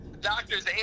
Doctors